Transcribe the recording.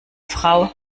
frau